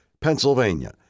Pennsylvania